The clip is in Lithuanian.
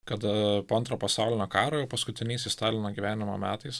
kada po antrojo pasaulinio karo paskutiniaisiais stalino gyvenimo metais